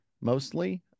mostly